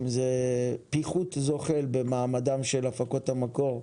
זה פיחות זוחל במעמדן של הפקות המקור,